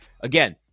Again